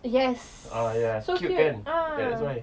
yes so cute ah